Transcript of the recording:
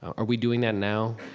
are we doing that now?